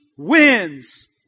Wins